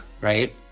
right